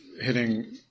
hitting